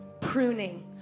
pruning